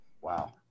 wow